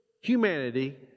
humanity